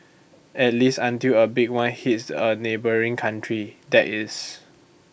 at least until A big one hits A neighbouring country that is